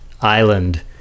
island